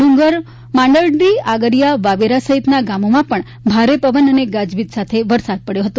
ડુંગર માંડરડી આગરીયા વાવેરા સહિતના ગામોમાં પણ ભારે પવન અને ગાજવીજ સાથે વરસાદ પડ્યો હતો